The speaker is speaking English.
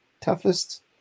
toughest